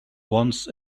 once